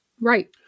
Right